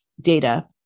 data